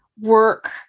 work